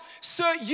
Sir